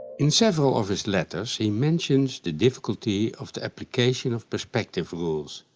in several of his letters he mentions the difficulty of the application of perspective rules.